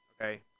Okay